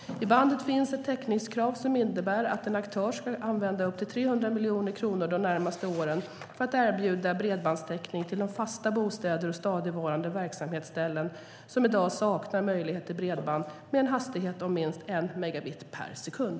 I bandet finns ett täckningskrav som innebär att en aktör ska använda upp till 300 miljoner kronor de närmaste åren för att erbjuda bredbandstäckning till de fasta bostäder och stadigvarande verksamhetsställen som i dag saknar möjlighet till bredband med en hastighet om minst 1 megabit per sekund.